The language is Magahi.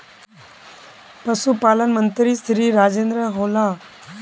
पशुपालन मंत्री श्री राजेन्द्र होला?